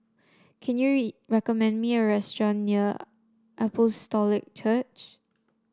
can you recommend me a restaurant near Apostolic Church